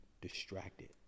distracted